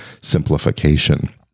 simplification